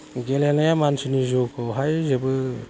गेलेनाया मानसिनि जिउखौहाय जोबोद